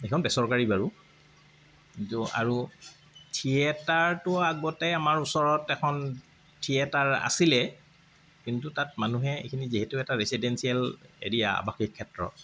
সেইখন বেচৰকাৰী বাৰু কিন্তু আৰু থিয়েটাৰটো আগতে আমাৰ ওচৰত এখন থিয়েটাৰ আছিলে কিন্তু তাত মানুহে যিহেতু এইখিনি এটা ৰেচিডেঞ্চিয়েল এৰিয়া আৱাসিক ক্ষেত্ৰ